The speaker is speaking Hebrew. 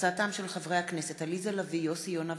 בהצעתם של חברי הכנסת אורלי לוי אבקסיס,